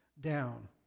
down